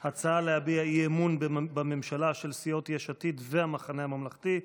הצעות להביע אי-אמון בממשלה של סיעות יש עתיד והמחנה הממלכתי.